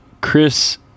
Chris